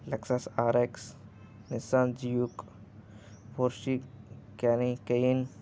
Lexus RX Nissan Juke Porsche క్యానీ Cain